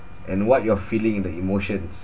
and what you're feeling in the emotions